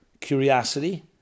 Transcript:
curiosity